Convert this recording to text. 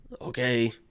Okay